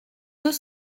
deux